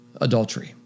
adultery